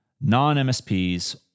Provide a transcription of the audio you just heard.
Non-MSPs